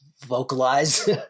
Vocalize